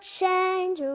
change